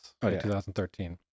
2013